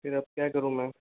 फिर अब क्या करूं मैं